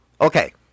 Okay